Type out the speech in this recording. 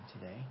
today